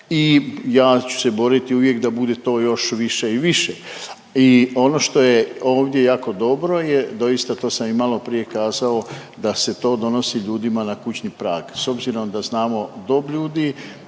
i ja ću se boriti uvijek da bude to još više i više. I ono što je ovdje jako dobro je, doista to sam i maloprije kazao, da se to donosi ljudima na kućni prag, s obzirom da znamo dob ljudi